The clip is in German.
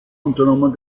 unternommen